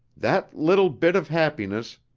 that little bit of happiness.